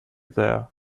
there